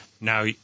Now